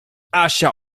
asia